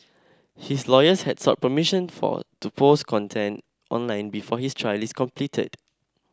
his lawyers had sought permission for to post content online before his trial is completed